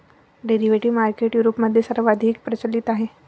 derivative market युरोपमध्ये सर्वाधिक प्रचलित आहे